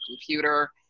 computer